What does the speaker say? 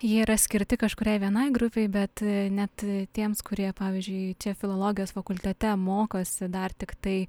jie yra skirti kažkuriai vienai grupei bet net tiems kurie pavyzdžiui čia filologijos fakultete mokosi dar tiktai